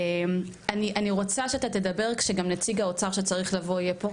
אני רוצה שאתה תדבר כשגם נציג האוצר שצריך לבוא יהיה פה,